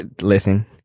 Listen